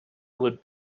would